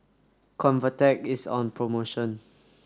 Convatec is on promotion